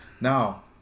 Now